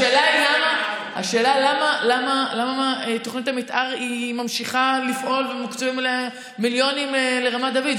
השאלה היא למה תוכנית המתאר ממשיכה לפעול ומוקצים מיליונים לרמת דוד.